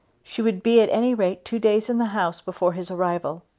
she would be at any rate two days in the house before his arrival.